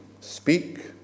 speak